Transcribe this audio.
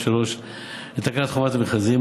לתקנות חובת המכרזים,